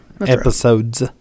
Episodes